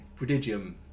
prodigium